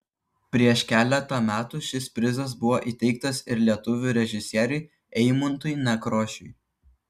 prieš keletą metų šis prizas buvo įteiktas ir lietuvių režisieriui eimuntui nekrošiui